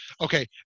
Okay